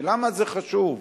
ולמה זה חשוב?